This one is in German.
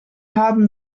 haben